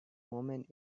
movement